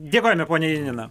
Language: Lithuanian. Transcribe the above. dėkojame ponia janina